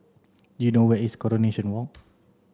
do you know where is Coronation Walk